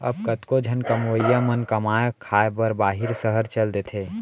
अब कतको झन कमवइया मन कमाए खाए बर बाहिर सहर चल देथे